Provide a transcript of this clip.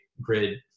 grid